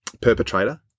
perpetrator